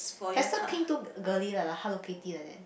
pastel pink too girly lah like Hello-Kitty like that